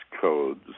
codes